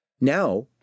Now